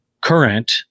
current